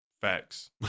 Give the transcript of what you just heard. facts